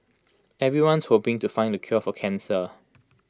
everyone's hoping to find the cure for cancer